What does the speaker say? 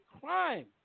crime